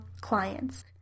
clients